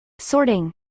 sorting